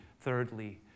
thirdly